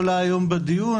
התקציב.